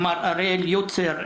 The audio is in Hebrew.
עם אריאל יוצר,